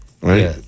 right